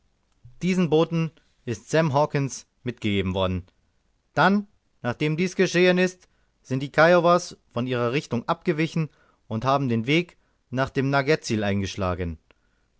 diesen boten ist sam hawkens mitgegeben worden dann nachdem dies geschehen ist sind die kiowas von ihrer richtung abgewichen und haben den weg nach dem nugget tsil eingeschlagen